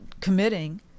committing